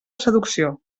seducció